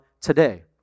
today